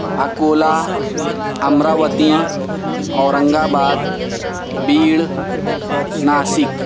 Akola Amravati Aurangabad Beed Nashik